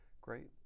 Great